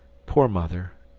poor mother!